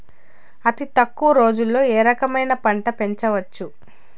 అతి తక్కువ రోజుల్లో ఏ రకమైన పంట పెంచవచ్చు?